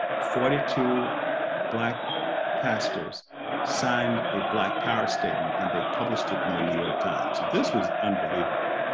forty two black pastors signed a black power statement and they published it in the new york times. this was unbelievable,